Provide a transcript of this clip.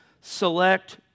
select